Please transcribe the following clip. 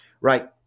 Right